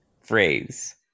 phrase